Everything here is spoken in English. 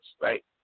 right